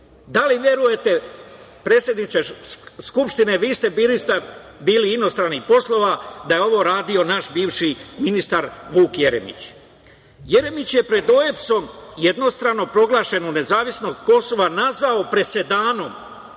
Da li verujete, predsedniče Skupštine, vi ste bili ministar inostranih poslova, da je ovo radio naš bivši ministar Vuk Jeremić? Jeremić je pred OEBS-om jednostrano proglašenu nezavisnost Kosova nazvao presedanom,